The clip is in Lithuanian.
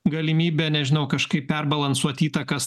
galimybę nežinau kažkaip perbalansuot įtakas